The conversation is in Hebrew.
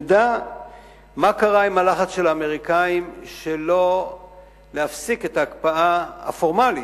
נדע מה קרה עם הלחץ של האמריקנים שלא להפסיק את ההקפאה הפורמלית,